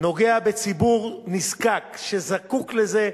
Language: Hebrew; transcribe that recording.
נוגע בציבור נזקק שזקוק לזה,